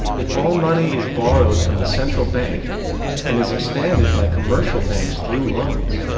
if all money is borrowed from the central bank and is expanded by commercial banks through loans,